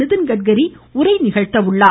Nitin Gadkari உரைநிகழ்த்துகிறார்